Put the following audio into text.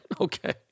Okay